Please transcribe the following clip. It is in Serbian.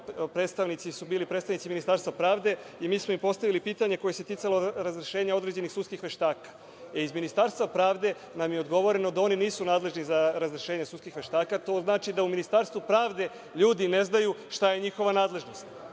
nedavno bili predstavnici Ministarstva pravde i mi smo im postavili pitanje koje se ticalo razrešenja određenih sudskih veštaka. Iz Ministarstva pravde nam je odgovoreno da oni nisu nadležni za razrešenje sudskih veštaka. To znači da u Ministarstvu pravde ljudi ne znaju šta je njihova nadležnost.